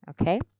Okay